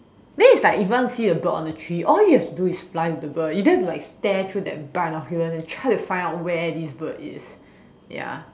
then it's like if you want to see the bird on the tree all you have to do is fly with the bird you don't have to like stare through the brunt of human and try to find out where this bird is ya